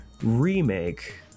remake